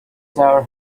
sir